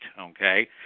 okay